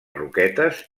roquetes